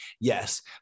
Yes